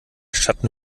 schatten